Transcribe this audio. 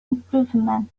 improvement